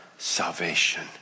salvation